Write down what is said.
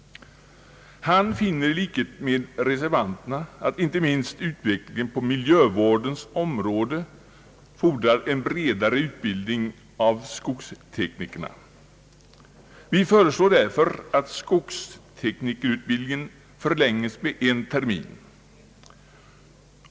Han finner i likhet med reservanterna att inte minst utveck lingen på miljövårdens område fordrar en bredare utbildning av skogsteknikerna. Vi föreslår därför att skogsteknikerutbildningen förlänges med en termin.